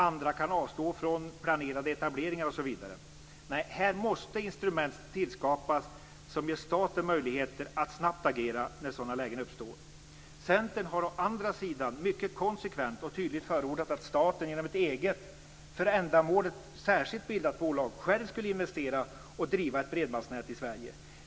Andra kan avstå från planerade etableringar osv. Nej, här måste instrument tillskapas som ger staten möjligheter att agera snabbt när sådana lägen uppstår. Centern har å andra sidan mycket konsekvent och tydligt förordat att staten genom ett eget för ändamålet särskilt bildat bolag själv skulle investera och driva ett bredbandsnät i Sverige.